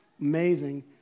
amazing